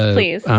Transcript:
ah please. um